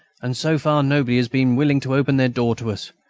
and, so far, nobody has been willing to open their door to us.